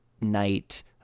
night